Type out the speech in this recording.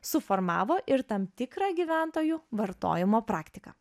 suformavo ir tam tikrą gyventojų vartojimo praktiką